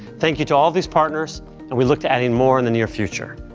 thank you to all of these partners and we look to adding more in the near future.